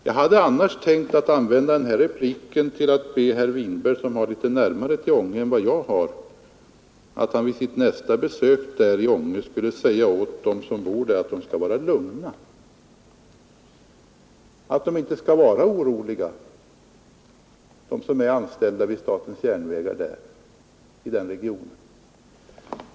Jag hade annars tänkt använda denna replik till att be herr Winberg, som har litet närmare till Ånge än jag har, att vid sitt nästa besök i Ånge säga åt dem som bor där att vara lugna, att de som är anställda vid SJ inte skall vara oroliga.